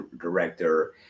director